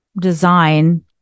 design